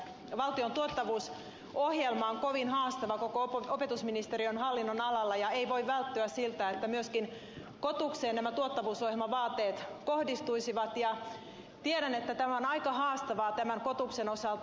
valtion tuottavuusohjelma on kovin haastava koko opetusministeriön hallinnonalalla ja ei voi välttyä siltä että myöskin kotukseen nämä tuottavuusohjelmavaateet kohdistuisivat ja tiedän että tämä on aika haastavaa kotuksen osalta